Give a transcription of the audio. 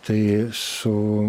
tai su